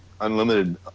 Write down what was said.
unlimited